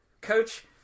Coach